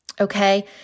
Okay